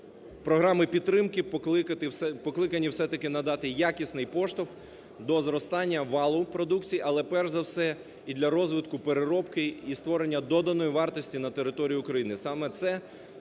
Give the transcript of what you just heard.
програми підтримки покликані все-таки надати якісний поштовх до зростання валу продукції, але і перш за все, і для розвитку переробки і створення доданої вартості на територію України,